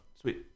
sweet